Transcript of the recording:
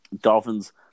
Dolphins –